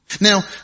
Now